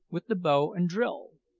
with the bow and drill.